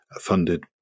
funded